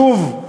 שוב,